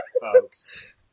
folks